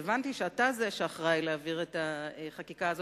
והבנתי שאתה זה שאחראי להעביר את החקיקה הזאת,